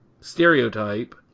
stereotype